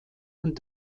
und